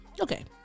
okay